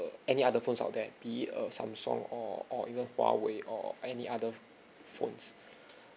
any other phones out there be it a Samsung or or even huawei or any other phones